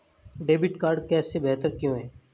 Debit card cash से बेहतर क्यों है?